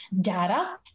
data